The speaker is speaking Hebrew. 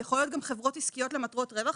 יכול להיות שגם חברות עסקיות למטרות רווח,